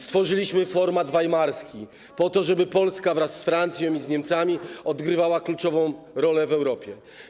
Stworzyliśmy format weimarski po to, żeby Polska wraz z Francją i z Niemcami odgrywała kluczową rolę w Europie.